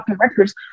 records